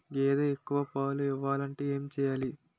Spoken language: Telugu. గేదె ఎక్కువ పాలు ఇవ్వాలంటే ఏంటి చెయాలి?